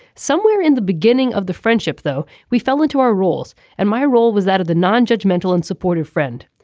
somewhere in the beginning of the friendship though we fell into our roles and my role was that of the non-judgemental and supportive friend.